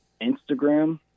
Instagram